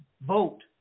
vote